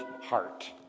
heart